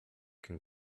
can